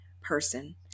person